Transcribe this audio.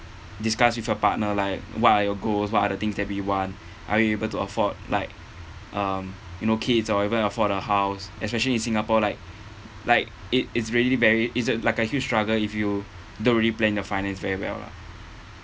discuss with your partner like what are your goals what are the things that we want are we able to afford like um you know kids or even afford a house especially in singapore like like it it's really very is it like a huge struggle if you don't really plan your finance very well lah